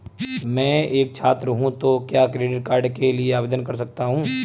मैं एक छात्र हूँ तो क्या क्रेडिट कार्ड के लिए आवेदन कर सकता हूँ?